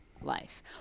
life